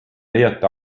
leiad